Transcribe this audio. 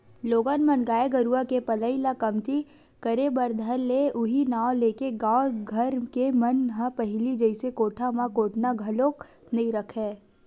लोगन मन गाय गरुवा के पलई ल कमती करे बर धर ले उहीं नांव लेके गाँव घर के मन ह पहिली जइसे कोठा म कोटना घलोक नइ रखय